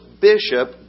bishop